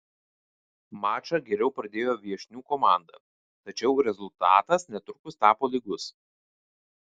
mačą geriau pradėjo viešnių komanda tačiau rezultatas netrukus tapo lygus